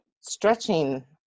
stretching